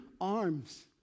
arms